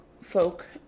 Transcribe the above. folk